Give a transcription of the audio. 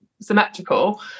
symmetrical